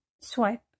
swipe